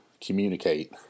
communicate